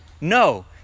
No